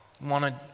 Wanted